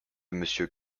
monsieur